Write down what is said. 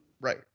right